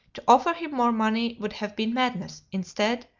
to offer him more money would have been madness instead,